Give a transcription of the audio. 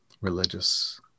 religious